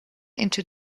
into